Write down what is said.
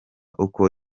uko